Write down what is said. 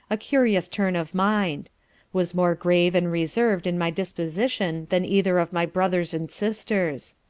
a curious turn of mind was more grave and reserved in my disposition than either of my brothers and sisters.